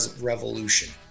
revolution